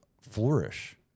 flourish